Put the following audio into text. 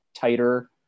tighter